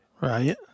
right